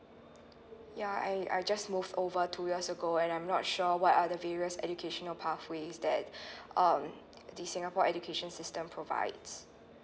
ya I I just move over two years ago and I'm not sure what are the various educational of pathways that um the singapore education system provides